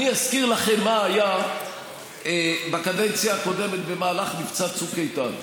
אני אזכיר לכם מה היה בקדנציה הקודמת במהלך מבצע צוק איתן.